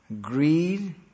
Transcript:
Greed